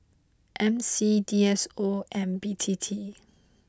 M C D S O and B T T